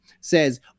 says